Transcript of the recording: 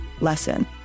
lesson